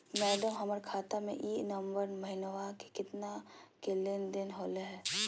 madam, हमर खाता में ई नवंबर महीनमा में केतना के लेन देन होले है